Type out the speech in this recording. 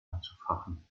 anzufachen